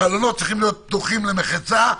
החלונות צריכים להיות פתוחים למחצה,